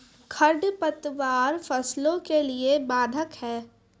खडपतवार फसलों के लिए बाधक हैं?